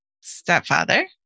stepfather